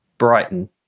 Brighton